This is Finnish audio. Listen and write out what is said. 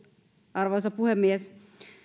arvoisa puhemies